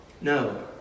No